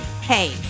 Hey